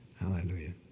Hallelujah